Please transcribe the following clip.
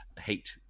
hate